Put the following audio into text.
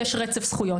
יש רצף זכויות.